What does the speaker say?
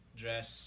dress